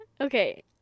okay